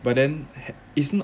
but then it's not